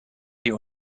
sie